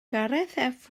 gareth